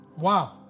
Wow